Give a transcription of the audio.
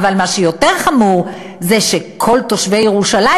ומה שיותר חמור זה שכל תושבי ירושלים